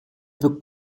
peut